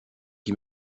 qui